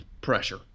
pressure